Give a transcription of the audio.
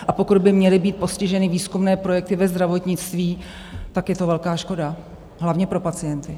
A pokud by měly být postiženy výzkumné projekty ve zdravotnictví, tak je to velká škoda hlavně pro pacienty.